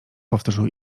powtórzył